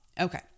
okay